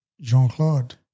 Jean-Claude